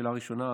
בשאלה ראשונה,